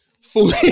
fully